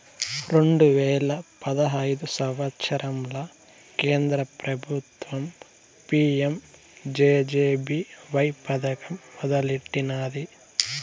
రెండు వేల పదహైదు సంవత్సరంల కేంద్ర పెబుత్వం పీ.యం జె.జె.బీ.వై పదకం మొదలెట్టినాది